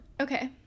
okay